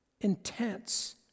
Intense